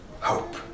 hope